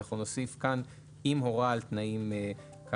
אנחנו נוסיף כאן: "אם הורה על תנאים כאמור".